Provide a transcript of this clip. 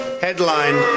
Headline